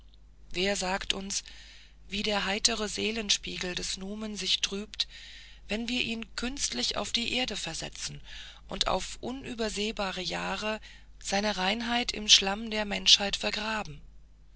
wer sagt uns wie der heitere seelenspiegel des numen sich trübt wenn wir ihn künstlich auf die erde versetzen und auf unübersehbare jahre seine reinheit im schlamm der menschheit vergraben